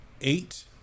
eight